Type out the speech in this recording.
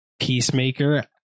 Peacemaker